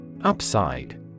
UPSIDE